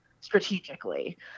strategically